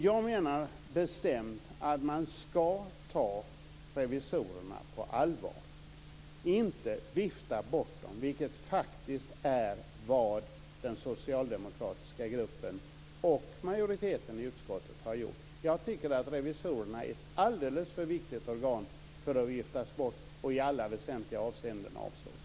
Jag menar bestämt att man ska ta revisorerna på allvar och inte vifta bort dem, vilket faktiskt är vad den socialdemokratiska gruppen och majoriteten i utskottet har gjort. Jag tycker att revisorerna är ett alldeles för viktigt organ för att bara viftas bort och för att i alla väsentliga avseenden få avslag.